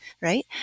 Right